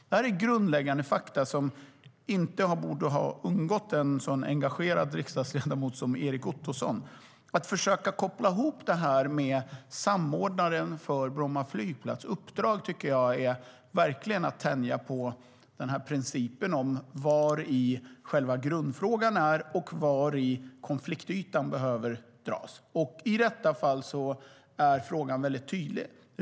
Det här är grundläggande fakta som inte borde ha undgått en så engagerad riksdagsledamot som Erik Ottoson.Att försöka koppla ihop detta med uppdraget för samordnaren för Bromma flygplats är verkligen att tänja på principen om vad själva grundfrågan är och var konfliktytan finns. I detta fall är frågan tydlig.